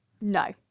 no